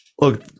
Look